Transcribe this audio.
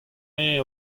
bez